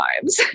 times